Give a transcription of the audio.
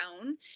own